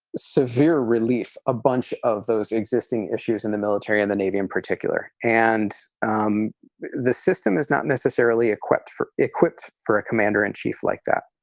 severe relief. a bunch of those existing issues in the military and the navy in particular and um the system is not necessarily equipped for equipped for a commander in chief like that,